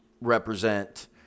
represent